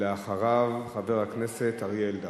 אחריו, חבר הכנסת אריה אלדד.